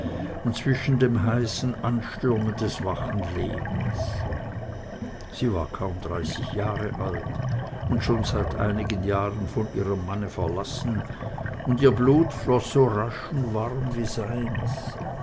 und zwischen dem heißen anstürmen des wachen lebens sie war kaum dreißig jahre alt und schon seit einigen jahren von ihrem manne verlassen und ihr blut floß so rasch und warm wie eines